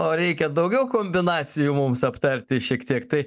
o reikia daugiau kombinacijų mums aptarti šiek tiek tai